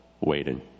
waiting